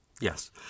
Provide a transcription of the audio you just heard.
Yes